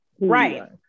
right